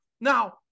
Now